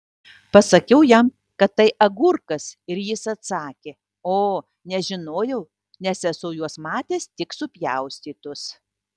pasakiau jam kad tai agurkas ir jis atsakė o nežinojau nes esu juos matęs tik supjaustytus